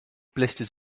blisters